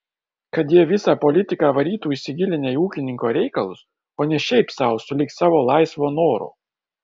kad jie visą politiką varytų įsigilinę į ūkininko reikalus o ne šiaip sau sulig savo laisvo noro